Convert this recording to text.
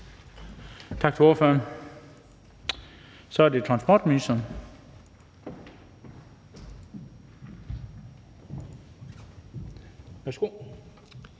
Tak til ordføreren. Så er det transportministeren. Værsgo.